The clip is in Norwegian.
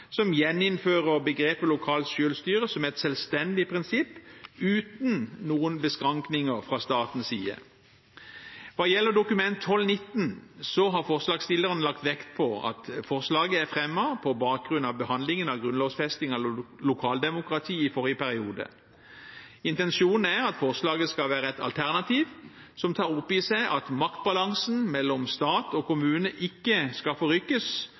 som gjeninnfører begrepet «lokalt selvstyre» som et selvstendig prinsipp, uten noen beskrankninger fra statens side. Hva gjelder Dokument 12:19 for 2011–2012, så har forslagsstillerne lagt vekt på at forslaget er fremmet på bakgrunn av behandlingen av grunnlovfesting av lokaldemokratiet i forrige periode. Intensjonen er at forslaget skal være et alternativ som tar opp i seg at maktbalansen mellom stat og kommune ikke skal forrykkes,